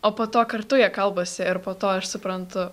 o po to kartu jie kalbasi ir po to aš suprantu